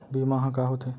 बीमा ह का होथे?